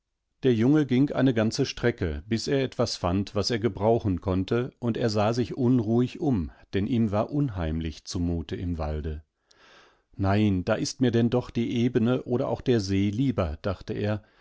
der junge ging eine ganze strecke bis er etwas fand was er gebrauchen konnte und er sah sich unruhig um denn ihm war unheimlich zumute im walde nein da ist mir denn doch die ebene oder auch der see lieber dachte er